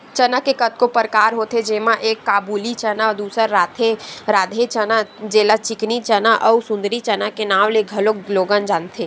चना के कतको परकार होथे जेमा एक काबुली चना, दूसर राधे चना जेला चिकनी चना अउ सुंदरी चना के नांव ले घलोक लोगन जानथे